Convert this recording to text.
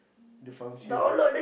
the function